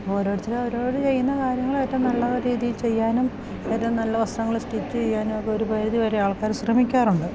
ഓരോരുത്തർ അവരോർ ചെയ്യുന്ന കാര്യങ്ങൾ ഏറ്റവും നല്ല രീതിയിൽ ചെയ്യാനും ഏറ്റവും നല്ല വസ്ത്രങ്ങൾ സ്റ്റിച്ച് ചെയ്യാനും ഒക്കെ ഒരു പരിധി വരെ ആൾക്കാർ ശ്രമിക്കാറുണ്ട്